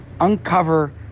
uncover